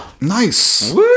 nice